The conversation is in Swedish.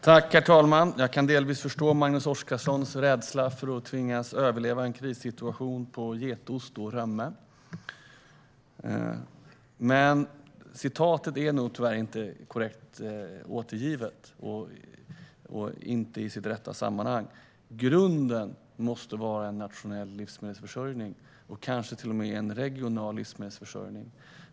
Herr talman! Jag kan delvis förstå Magnus Oscarssons rädsla för att i en krissituation tvingas överleva på getost och römme, men citatet är nog tyvärr inte korrekt återgivet och inte i sitt rätta sammanhang. Grunden måste vara en nationell livsmedelsförsörjning och kanske till och med en regional livsmedelsförsörjning.